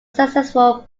successful